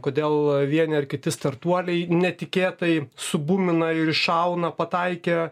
kodėl vieni ar kiti startuoliai netikėtai subūmina ir iššauna pataikę